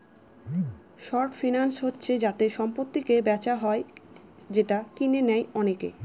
short finance হচ্ছে যাতে সম্পত্তিকে বেচা হয় যেটা কিনে নেয় অনেকে